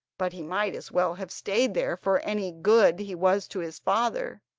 but he might as well have stayed there, for any good he was to his father,